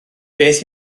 beth